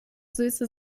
süße